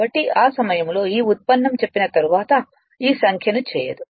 కాబట్టి ఆ సమయంలో ఈ ఉత్పన్నం చెప్పిన తరువాత ఈ సంఖ్యను చేయదు